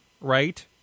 right